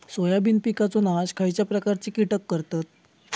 Soybean पिकांचो नाश खयच्या प्रकारचे कीटक करतत?